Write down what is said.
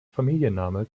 familienname